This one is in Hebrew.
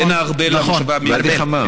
בין הארבל למושבה מגדל.